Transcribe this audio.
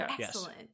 excellent